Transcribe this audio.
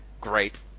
great